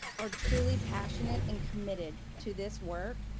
are truly passionate and committed to this work,